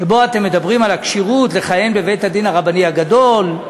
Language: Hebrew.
שבו אתם מדברים על הכשירות לכהן בבית-הדין הרבני הגדול,